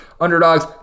Underdogs